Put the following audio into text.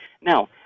Now